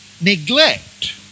neglect